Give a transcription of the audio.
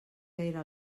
gaire